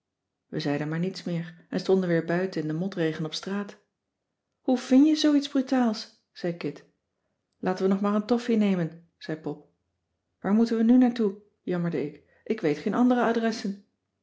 we zeiden maar niets meer en stonden weer buiten in den motregen op straat hoe vin-je zoo iets brutaals zei kit laten we nog maar een toffee nemen zei pop waar moeten we nu naar toe jammerde ik ik weet geen andere adressen